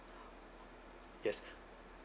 yes